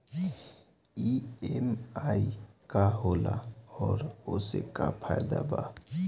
EMI का होला और ओसे का फायदा बा?